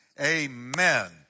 Amen